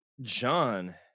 John